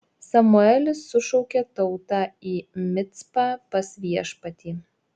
samuelis sušaukė tautą į micpą pas viešpatį